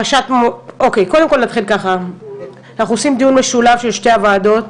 אנחנו עושים דיון משולב של שתי הוועדות.